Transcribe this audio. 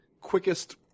quickest